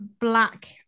black